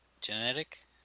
Genetic